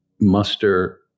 muster